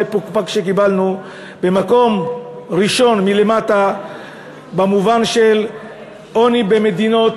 על התואר המפוקפק שקיבלנו: מקום ראשון מלמטה במובן של עוני במדינות